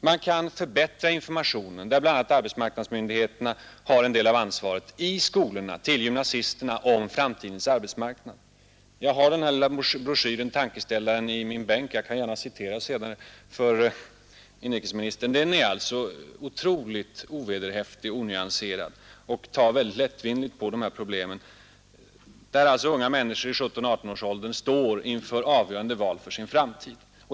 Man kan förbättra informationen — där arbetsmarknadsmyndigheterna har en del av ansvaret — i skolorna, till gymnasisterna, om framtidens arbetsmarknad. Jag har den här lilla broschyren Tankeställaren i min bänk, och jag skall senare gärna citera ur den för inrikesministern. Den är otroligt ovederhäftig och onyanserad och tar lättvindigt på de här problemen, där alltså unga människor i 17—18-årsåldern står inför avgörande val när det gäller den egna framtiden.